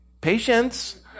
patience